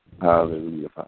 Hallelujah